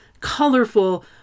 colorful